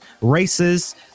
races